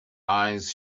eyes